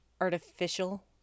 artificial